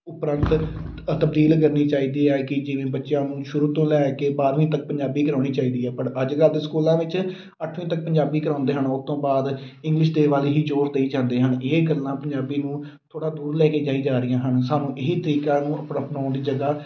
ਉਪਰੰਤ ਤਬਦੀਲ ਕਰਨੀ ਚਾਹੀਦੀ ਹੈ ਕਿ ਜਿਵੇਂ ਬੱਚਿਆਂ ਨੂੰ ਸ਼ੁਰੂ ਤੋਂ ਲੈ ਕੇ ਬਾਰਵੀਂ ਤੱਕ ਪੰਜਾਬੀ ਕਰਾਉਣੀ ਚਾਹੀਦੀ ਹੈ ਪਰ ਅੱਜ ਕੱਲ੍ਹ ਦੇ ਸਕੂਲਾਂ ਵਿੱਚ ਅੱਠਵੀਂ ਤੱਕ ਪੰਜਾਬੀ ਕਰਾਉਂਦੇ ਹਨ ਉਸ ਤੋਂ ਬਾਅਦ ਇੰਗਲਿਸ਼ ਦੇ ਵੱਲ ਹੀ ਜ਼ੋਰ ਦੇਈ ਜਾਂਦੇ ਹਨ ਇਹ ਗੱਲਾਂ ਪੰਜਾਬੀ ਨੂੰ ਥੋੜ੍ਹਾ ਦੂਰ ਲੈ ਕੇ ਜਾਈ ਜਾ ਰਹੀਆਂ ਹਨ ਸਾਨੂੰ ਇਹ ਹੀ ਤਰੀਕਾ ਨੂੰ ਅਪ ਅਪਣਾਉਣ ਦੀ ਜ਼ਿਆਦਾ